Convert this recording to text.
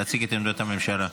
להציג את עמדת הממשלה.